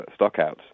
stockouts